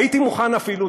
הייתי מוכן אפילו,